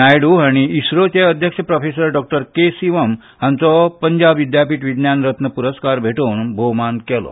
नायडू हांणी आयएसआरओचे अध्यक्ष प्रोफेसर डॉ के सिवम हांचागे पंजाब विद्यापीठ विज्ञान रत्न पुरस्कार भेटोवन भोवमान केलो